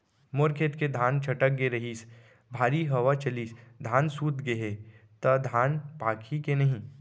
मोर खेत के धान छटक गे रहीस, भारी हवा चलिस, धान सूत गे हे, त धान पाकही के नहीं?